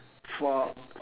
fork